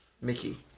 Mickey